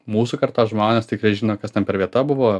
mūsų kartos žmonės tikrai žino kas ten per vieta buvo